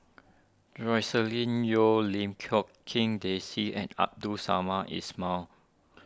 Joscelin Yeo Lim Quee King Daisy and Abdul Samad Ismail